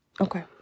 Okay